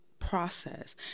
process